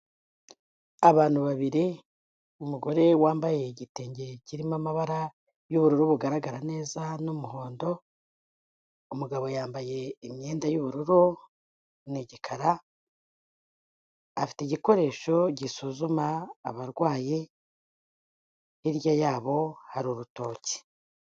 Abantu babiri, umugore wambaye igitenge kirimo amabara y'ubururu bugaragara neza n'umuhondo; umugabo yambaye imyenda y'ubururu, ni igikara, afite igikoresho gisuzuma abarwaye, hirya yabo hari urutoki.